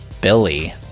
Billy